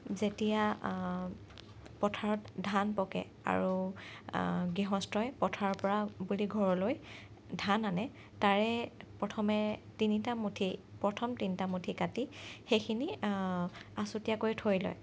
যেতিয়া পথাৰত ধান পকে আৰু গৃহস্থই পথাৰৰ পৰা বুলি ঘৰলৈ ধান আনে তাৰে প্ৰথমে তিনিটা মুঠি প্ৰথম তিনিটা মুঠি কাটি সেইখিনি আছুতীয়াকৈ থৈ লয়